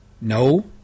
No